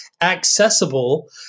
accessible